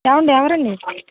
ఏమండి ఎవరండీ